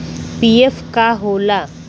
PF का होला?